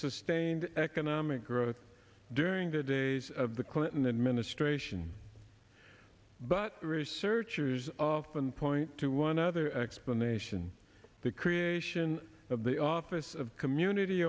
sustained economic growth during the days of the clinton administration but researchers often point to one other explanation the creation of the office of community